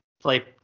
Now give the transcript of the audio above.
play